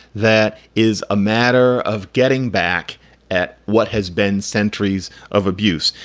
that is a matter of getting back at what has been centuries of abuse.